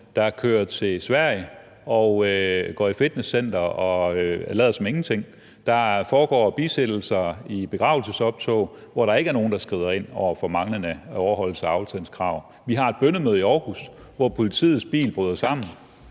der kører til Sverige og går i fitnesscenter og lader som ingenting; der foregår bisættelser med begravelsesoptog, hvor der ikke er nogen, der skrider ind over for manglende overholdelse af afstandskravene; vi har et bønnemøde i Aarhus, hvor politiets bil bryder sammen.